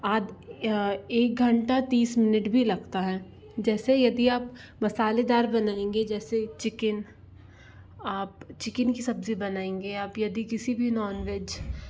आद एक घंटा तीस मिनेट भी लगता है जैसे यदि आप मसालेदार बनाएंगे जैसे चिकेन आप चिकेन की सब्ज़ी बनाएंगे आप यदि किसी भी नॉन वेज